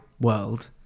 world